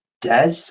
DES